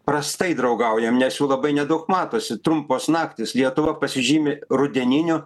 prastai draugaujam nes jų labai nedaug matosi trumpos naktys lietuva pasižymi rudeninių